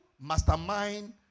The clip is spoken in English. mastermind